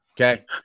Okay